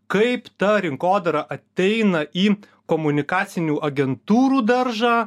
kaip ta rinkodara ateina į komunikacinių agentūrų daržą